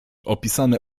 opisane